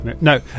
No